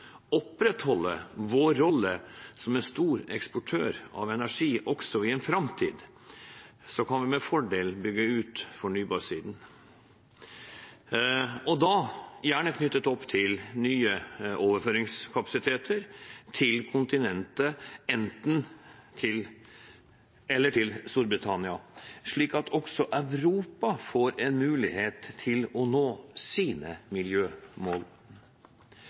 opprettholde vår rolle som en stor eksportør av energi også i framtiden, kan vi med fordel bygge ut fornybarsiden, og da gjerne knyttet opp til nye overføringskapasiteter til kontinentet, eller til Storbritannia, slik at også Europa får en mulighet til å nå sine miljømål.